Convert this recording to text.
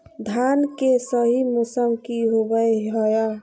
धान के सही मौसम की होवय हैय?